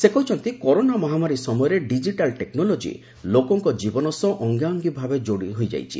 ସେ କହିଛନ୍ତି କରୋନା ମହାମାରୀ ସମୟରେ ଡିଜିଟାଲ ଟେକ୍ନୋଲୋଜି ଲୋକଙ୍କ ଜୀବନ ସହ ଅଙ୍ଗାଙ୍ଗୀ ଭାବେ ଯୋଡ଼ି ହୋଇଯାଇଛି